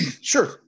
sure